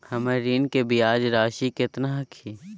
हमर ऋण के ब्याज रासी केतना हखिन?